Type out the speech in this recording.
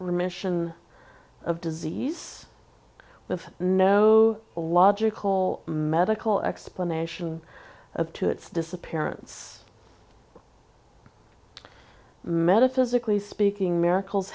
remission of disease with no logical medical explanation as to its disappearance metaphysically speaking miracles